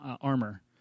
armor